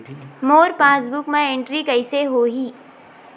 मोर passbook मा entry कइसे होही?